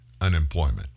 unemployment